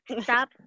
Stop